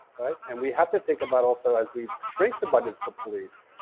right? and we have to think about also as we shrink the budgets for police,